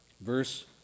Verse